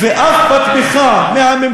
גם אותם צריך להוציא.